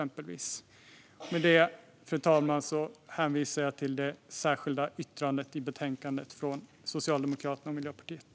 Med detta, fru talman, vill jag hänvisa till Socialdemokraternas och Miljöpartiets särskilda yttrande i betänkandet.